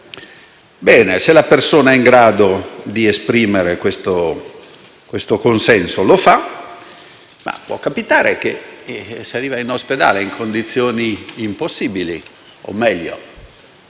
Bene, se la persona è in grado di esprimere questo consenso lo fa, ma può capitare che arrivi in ospedale in condizione disperate o meglio